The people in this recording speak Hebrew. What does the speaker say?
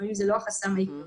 לפעמים זה לא החסם העיקרי.